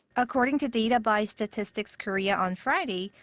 according to data by statistics korea on friday,